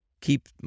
keep